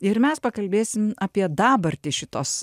ir mes pakalbėsim apie dabartį šitos